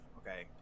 Okay